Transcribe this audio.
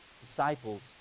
Disciples